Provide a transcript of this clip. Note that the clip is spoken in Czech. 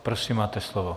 Prosím, máte slovo.